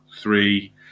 three